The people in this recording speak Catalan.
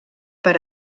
per